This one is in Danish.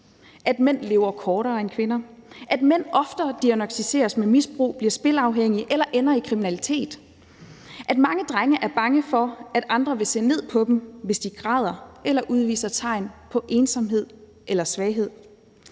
at mænd lever kortere end kvinder; at mænd oftere diagnosticeres med misbrug, bliver spilafhængige eller ender i kriminalitet; at mange drenge er bange for, at andre vil se ned på dem, hvis de græder eller udviser tegn på ensomhed eller svaghed.